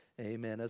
amen